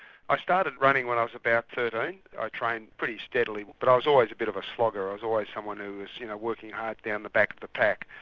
i started running when i was about thirteen, i i trained pretty steadily but i was always a bit of a slogger, i was always someone who was you know working hard down the back of the pack.